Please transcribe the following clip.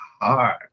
hard